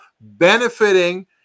benefiting